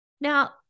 now